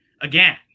again